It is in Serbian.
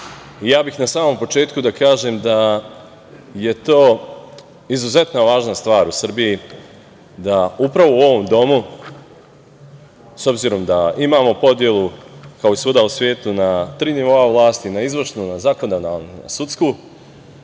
ja bih na samom početku da kažem da je to izuzetno važna stvar u Srbiji, da upravo u ovom domu, s obzirom da imamo podelu, kao i svuda u svetu, na tri nivoa vlasti – izvršnu, zakonodavnu i sudsku,